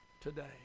today